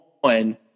one